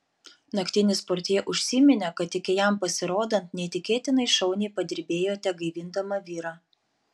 naktinis portjė užsiminė kad iki jam pasirodant neįtikėtinai šauniai padirbėjote gaivindama vyrą